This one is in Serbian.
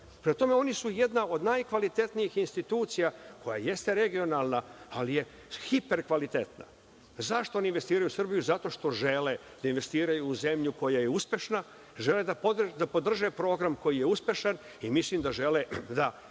tome, oni su jedna od najkvalitetnijih institucija, koja jeste regionalna, ali je hiper kvalitetna. Zašto oni investiraju u Srbiju? Zato što žele da investiraju u zemlju koja je uspešna, žele da podrže program koji je uspešan i mislim da žele da